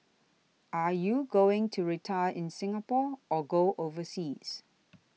are you going to retire in Singapore or go overseas